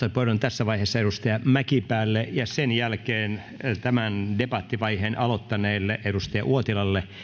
vastauspuheenvuoron tässä vaiheessa edustaja mäkipäälle ja sen jälkeen tämän debattivaiheen aloittaneelle edustaja uotilalle